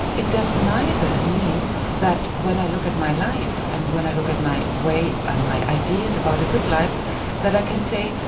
it does neither mean that when i look at my life and when i look at my way and my ideas about a good life that i can say,